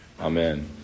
Amen